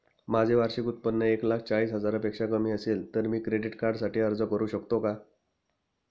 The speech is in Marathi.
माझे वार्षिक उत्त्पन्न एक लाख चाळीस हजार पेक्षा कमी असेल तर मी क्रेडिट कार्डसाठी अर्ज करु शकतो का?